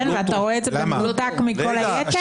אתה רואה את זה במנותק מכל היתר?